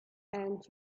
and